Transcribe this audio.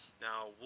Now